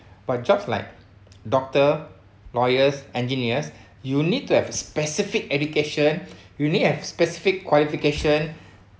but jobs like doctor lawyers engineers you need to have specific education you need have specific qualification